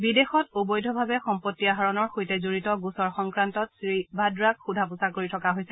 বিদেশত অবৈধভাৱে সম্পত্তি আহৰণৰ সৈতে জড়িত গোচৰ সংক্ৰান্তত শ্ৰী ভাদ্ৰাক সোধা পোছা কৰি থকা হৈছে